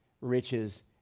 riches